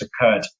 occurred